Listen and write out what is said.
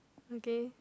okay